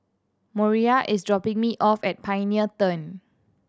Moriah is dropping me off at Pioneer Turn